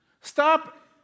Stop